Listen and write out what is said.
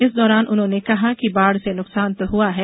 इस दौरान उन्होंने कहा कि बाढ़ से नुकसान तो हुआ है